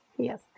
Yes